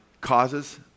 causes